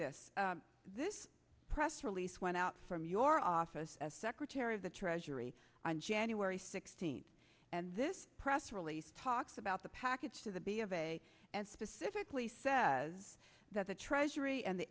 this this press release went out from your office of secretary of the treasury on january sixteenth and this press release talks about the package to the b of a and specifically says that the treasury and the